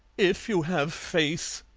if you have faith,